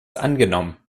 angenommen